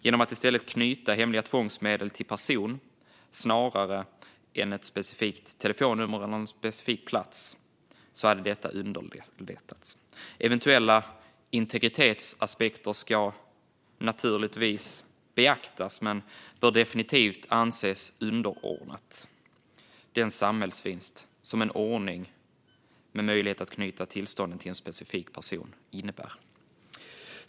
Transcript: Genom att i stället knyta hemliga tvångsmedel till en person snarare än ett specifikt telefonnummer eller en specifik plats kan detta underlättas. Eventuella integritetsaspekter ska naturligtvis beaktas, men detta bör definitivt anses underordnat den samhällsvinst som en ordning med möjlighet att knyta tillstånden till en specifik person innebär.